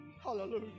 Hallelujah